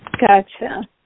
Gotcha